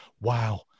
Wow